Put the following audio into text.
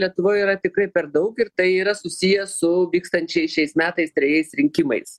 lietuvoj yra tikrai per daug ir tai yra susiję su vykstančiais šiais metais trejais rinkimais